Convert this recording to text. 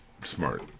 smart